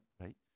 right